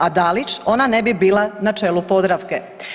A Dalić ona ne bi bila na čelu Podravke.